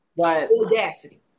Audacity